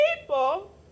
people